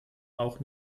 auch